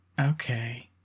Okay